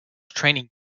training